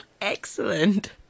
Excellent